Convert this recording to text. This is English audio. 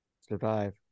Survive